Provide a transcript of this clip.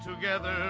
together